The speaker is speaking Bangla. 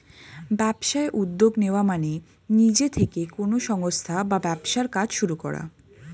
ব্যবসায় উদ্যোগ নেওয়া মানে নিজে থেকে কোনো সংস্থা বা ব্যবসার কাজ শুরু করা